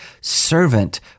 servant